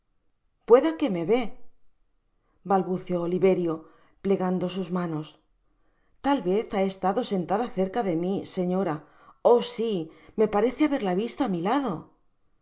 pueda que me vé balbuceó oliverio plegando sus manos tal vez ha estado sentada cerca de mi señora qhj si me parece haberla visto á mi lado